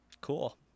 Cool